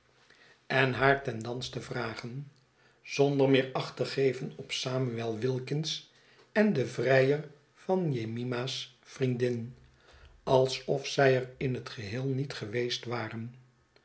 en haar ten dans te vragen zonder meer acht te geven op samuel wilkins en den vrijer van jemima's vriendin alsof zij er in het geheel niet geweest waren